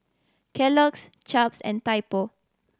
Kellogg's Chaps and Typo